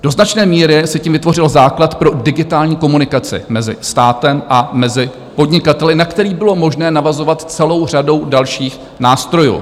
Do značné míry se tím vytvořil základ pro digitální komunikaci mezi státem a podnikateli, na který bylo možné navazovat celou řadou dalších nástrojů.